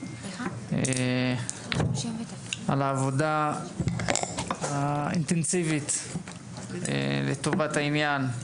מר ביטון, על העבודה האינטנסיבית לטובת העניין;